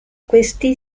questi